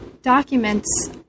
documents